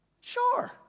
Sure